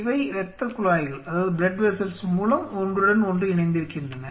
இவை இரத்தக் குழாய்கள் மூலம் ஒன்றுடன் ஒன்று இணைந்திருகின்றன